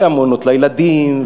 והמעונות לילדים,